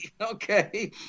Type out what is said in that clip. Okay